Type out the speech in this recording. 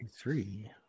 three